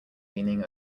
leaning